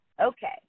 okay